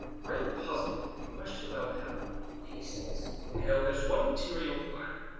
i am puzzl'd in a question about hell he says, in hell there s one material fire,